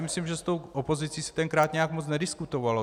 Myslím, že s tou opozicí se tenkrát nějak moc nediskutovalo.